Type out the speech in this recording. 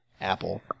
Apple